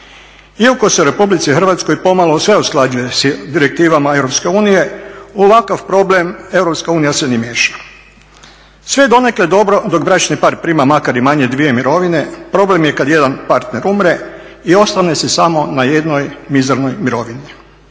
Iako se u Republici Hrvatskoj pomalo sve usklađuje sa direktivama Europske unije, u ovakav problem Europska unija se ne miješa. Sve je donekle dobro dok bračni par prima makar i manje dvije mirovine, problem je kada jedan partner umre i ostane se samo na jednoj mizernoj mirovini.